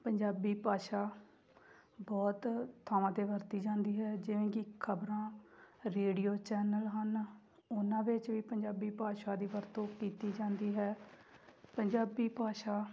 ਪੰਜਾਬੀ ਭਾਸ਼ਾ ਬਹੁਤ ਥਾਵਾਂ 'ਤੇ ਵਰਤੀ ਜਾਂਦੀ ਹੈ ਜਿਵੇਂ ਕਿ ਖਬਰਾਂ ਰੇਡੀਓ ਚੈਨਲ ਹਨ ਉਹਨਾਂ ਵਿੱਚ ਵੀ ਪੰਜਾਬੀ ਭਾਸ਼ਾ ਦੀ ਵਰਤੋਂ ਕੀਤੀ ਜਾਂਦੀ ਹੈ ਪੰਜਾਬੀ ਭਾਸ਼ਾ